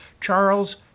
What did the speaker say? Charles